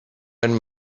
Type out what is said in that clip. wenn